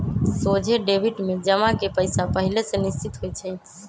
सोझे डेबिट में जमा के पइसा पहिले से निश्चित होइ छइ